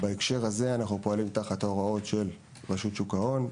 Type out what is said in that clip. בהקשר הזה אנו פועלים תחת ההוראות של רשות שוק ההון,